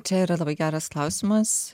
čia yra labai geras klausimas